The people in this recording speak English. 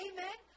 Amen